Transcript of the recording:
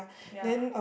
ya